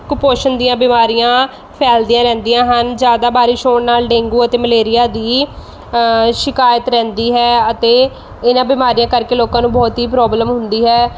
ਕੁਪੋਸ਼ਣ ਦੀਆਂ ਬਿਮਾਰੀਆਂ ਫੈਲਦੀਆਂ ਰਹਿੰਦੀਆਂ ਹਨ ਜ਼ਿਆਦਾ ਬਾਰਿਸ਼ ਹੋਣ ਨਾਲ ਡੇਂਗੂ ਅਤੇ ਮਲੇਰੀਆ ਦੀ ਸ਼ਿਕਾਇਤ ਰਹਿੰਦੀ ਹੈ ਅਤੇ ਇਹਨਾਂ ਬਿਮਾਰੀਆਂ ਕਰਕੇ ਲੋਕਾਂ ਨੂੰ ਬਹੁਤ ਹੀ ਪ੍ਰੋਬਲਮ ਹੁੰਦੀ ਹੈ